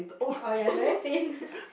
oh ya it's very faint